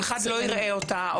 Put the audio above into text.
שאף אחד לא יראה אותה.